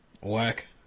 Whack